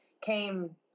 came